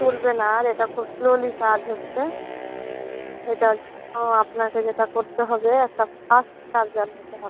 চলবে না আর এটা খুব স্লোলি চার্জ হচ্ছে এটা তো আপনাকে যেটা করতে হবে একটা ফাস্ট চার্জার নিতে হবে